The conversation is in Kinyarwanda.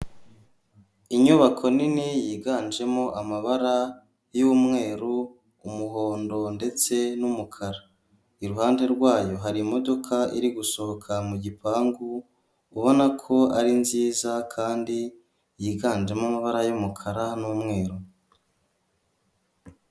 Inyubako nini yiganjemo amabara y'umweru umuhondo ndetse n'umukara, iruhande rwayo hari imodoka iri gusohoka mu gipangu ubona ko ari nziza kandi yiganjemo amabara y'umukara n'umweru.